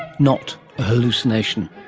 not a hallucination.